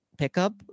pickup